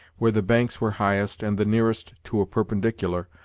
where the banks were highest and the nearest to a perpendicular,